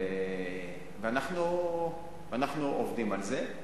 ואנחנו עובדים על זה.